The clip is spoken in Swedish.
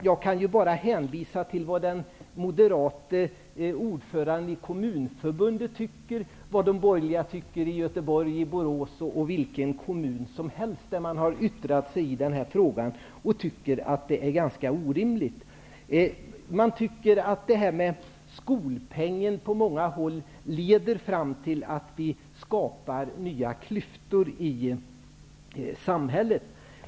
Jag kan bara hänvisa till vad den moderate ordföranden i Kommunförbundet tycker och vad de borgerliga tycker i Göteborg, Borås eller vilken annan kommun som helst som har yttrat sig i denna fråga, och de tycker att det här är orimligt. De tycker att skolpengen på många håll leder fram till nya klyftor i samhället.